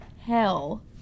hell